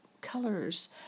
colors